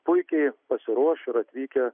puikiai pasiruoš ir atvykę